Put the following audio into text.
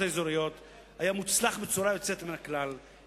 האזוריות היה מוצלח בצורה יוצאת מן הכלל,